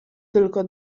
tylko